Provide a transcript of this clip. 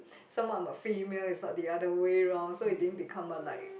some more I am the female it's not the other way round so it didn't become a like